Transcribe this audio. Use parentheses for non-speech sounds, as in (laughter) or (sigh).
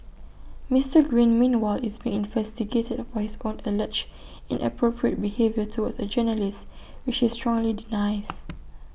Mister green meanwhile is being investigated for his own alleged inappropriate behaviour towards A journalist which he strongly denies (noise)